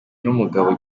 n’umugabo